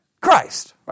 Christ